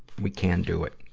we can do it.